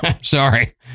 Sorry